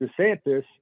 DeSantis